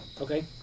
Okay